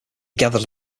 gathered